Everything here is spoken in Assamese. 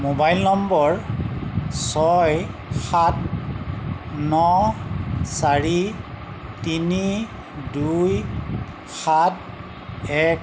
মোবাইল নম্বৰ ছয় সাত ন চাৰি তিনি দুই সাত এক